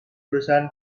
perusahaan